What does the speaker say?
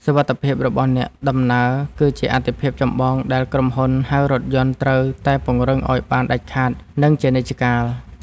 សុវត្ថិភាពរបស់អ្នកដំណើរ គឺជាអាទិភាពចម្បងដែលក្រុមហ៊ុនហៅរថយន្តត្រូវតែពង្រឹងឱ្យបានដាច់ខាត និងជានិច្ចកាល។